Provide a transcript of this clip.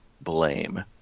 blame